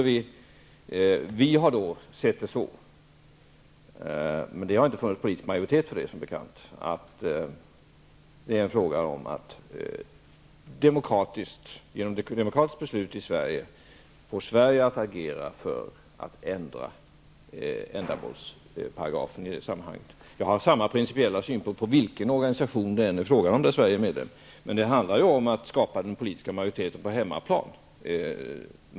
Vi har sett det så -- även om det inte funnits politisk majoritet för detta som bekant -- att detta är en fråga om att genom demokratiska beslut i Sverige få Sverige att agera för att ändra ändamålsparagrafen. Jag har samma principiella synpunkter på vilken organisation det än är fråga om där Sverige är medlem. Men det handlar om att skapa politisk majoritet på hemmaplan.